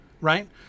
right